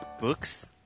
books